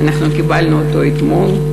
קיבלנו אותו אתמול.